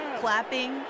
clapping